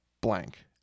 blank